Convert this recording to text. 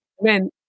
men